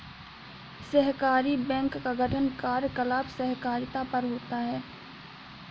सहकारी बैंक का गठन कार्यकलाप सहकारिता पर होता है